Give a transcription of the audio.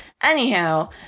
anyhow